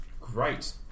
Great